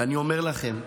ואני אומר לכם,